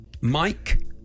Mike